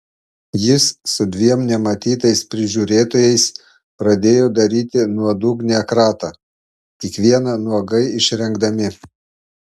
jis su dviem nematytais prižiūrėtojais pradėjo daryti nuodugnią kratą kiekvieną nuogai išrengdami